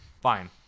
Fine